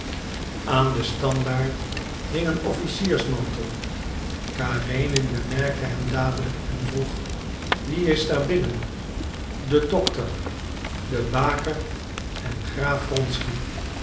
aan den standaard hing een officiersmantel karenin bemerkte hem dadelijk en vroeg wie is daar binnen de dokter de baker en graaf